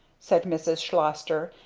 said mrs. schlosster.